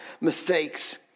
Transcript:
mistakes